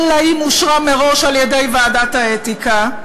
אלא אם אושרה מראש על-ידי ועדת האתיקה,